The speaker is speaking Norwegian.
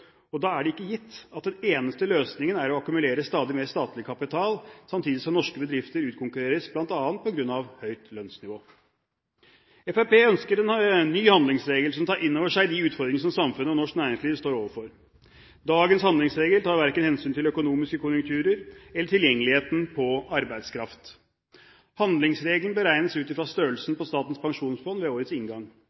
og da er det ikke gitt at den eneste løsningen er å akkumulere stadig mer statlig kapital samtidig som norske bedrifter utkonkurreres, bl.a. på grunn av høyt lønnsnivå. Fremskrittspartiet ønsker en ny handlingsregel som tar inn over seg de utfordringene som samfunnet og norsk næringsliv står overfor. Dagens handlingsregel tar verken hensyn til økonomiske konjunkturer eller tilgjengeligheten på arbeidskraft. Handlingsregelen beregnes ut fra størrelsen på Statens pensjonsfond ved årets inngang.